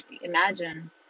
imagine